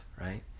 right